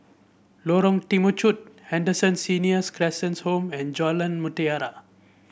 Lorong Temechut Henderson Senior Citizens' Home and Jalan Mutiara